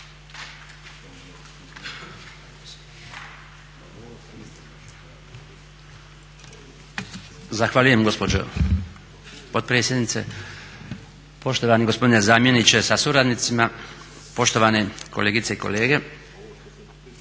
Zahvaljujem gospođo potpredsjednice, poštovani gospodine zamjeniče sa suradnicima, poštovane kolegice i kolege.